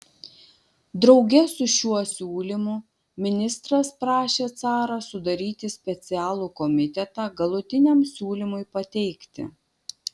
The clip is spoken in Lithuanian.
drauge su šiuo siūlymu ministras prašė carą sudaryti specialų komitetą galutiniam siūlymui pateikti